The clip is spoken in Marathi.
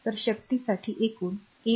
तर शक्तीसाठी एकूण 8